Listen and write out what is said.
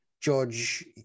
judge